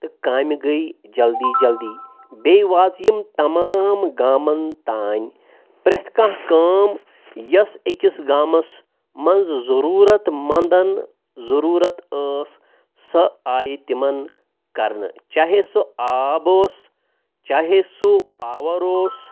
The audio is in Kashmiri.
تہٕ کامہِ گٔے جلدی جلدی بیٚیہِ واژ یِم تمام گامَن تانۍ پرٛٮ۪تھ کانٛہہ کٲم یۄس أکِس گامَس منٛز ضٔروٗرت مَنٛدَن ضٔروٗرت ٲس سۄ آیہِ تِمَن کَرنہٕ چاہے سُہ آب اوس چاہے سُہ پاوَر اوس